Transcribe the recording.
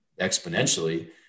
exponentially